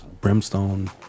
brimstone